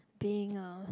being a